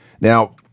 Now